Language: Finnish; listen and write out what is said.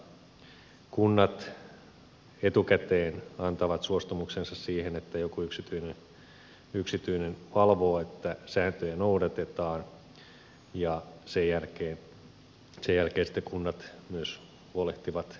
kunnat etukäteen antavat suostumuksensa siihen että joku yksityinen valvoo että sääntöjä noudatetaan ja sen jälkeen sitten kunnat myös huolehtivat täytäntöönpanosta omalla tavallaan